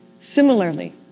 Similarly